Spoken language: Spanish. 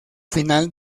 final